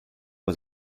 was